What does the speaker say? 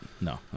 no